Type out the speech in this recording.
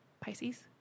Pisces